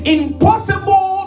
impossible